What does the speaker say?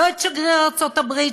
לא את שגריר ארצות-הברית,